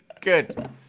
good